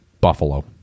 Buffalo